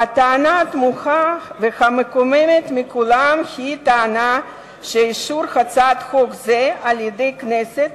הטענה התמוהה והמקוממת מכולן היא טענה שאישור הצעת חוק זו על-ידי הכנסת